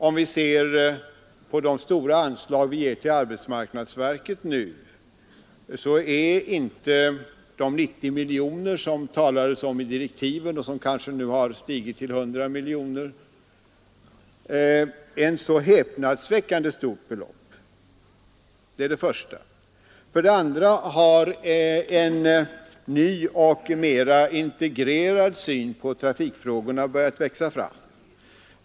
Om vi ser på de stora anslag vi nu ger till arbetsmarknadsverket, så framstår inte de 90 miljoner som det talades om i direktiven och som kanske nu har stigit till 100 miljoner som ett så häpnadsväckande stort belopp. För det andra har en ny och mera integrerad syn på trafikfrågorna börjat växa fram.